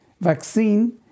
vaccine